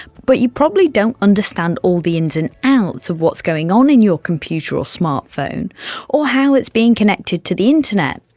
but you probably don't understand all the ins and outs of what's going on in your computer or smart phone or how it's being connected to the internet.